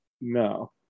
No